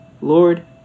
Lord